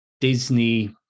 Disney